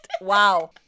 Wow